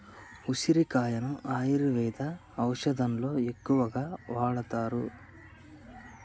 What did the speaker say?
ఉసిరికాయలను ఆయుర్వేద ఔషదాలలో ఎక్కువగా వాడుతారు